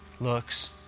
looks